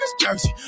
jersey